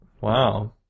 Wow